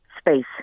space